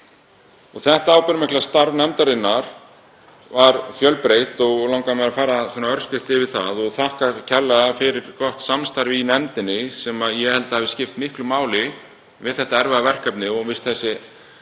Þetta ábyrgðarmikla starf nefndarinnar var fjölbreytt og langar mig að fara örstutt yfir það. Ég þakka kærlega fyrir gott samstarf í nefndinni sem ég held að hafi skipt miklu máli við þetta erfiða verkefni og fyrst að sú